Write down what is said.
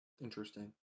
Interesting